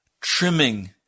trimming